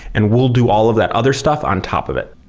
and we'll do all of that other stuff on top of it.